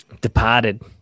Departed